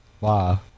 Wow